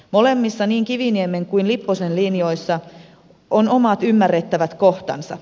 molemmissa niin kiviniemen kuin lipposen linjoissa on omat ymmärrettävät kohtansa